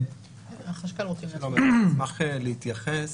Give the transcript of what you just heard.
אשמח להתייחס.